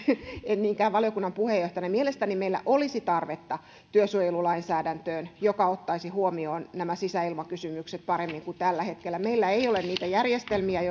en niinkään valiokunnan puheenjohtajana ja mielestäni meillä olisi tarvetta työsuojelulainsäädäntöön joka ottaisi huomioon nämä sisäilmakysymykset paremmin kuin tällä hetkellä meillä ei ole niitä järjestelmiä